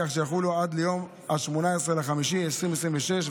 כך שיחולו עד ליום 18 במאי 2026,